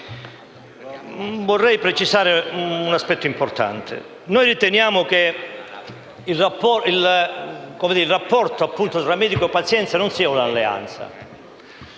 a precisare un aspetto fondamentale: noi riteniamo che il rapporto tra medico e paziente non sia un'alleanza;